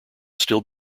still